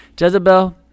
Jezebel